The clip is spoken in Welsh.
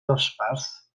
ddosbarth